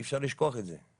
אי אפשר לשכוח את זה.